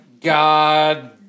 God